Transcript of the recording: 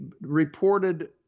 reported